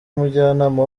umujyanama